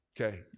Okay